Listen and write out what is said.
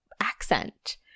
accent